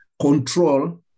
control